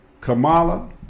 Kamala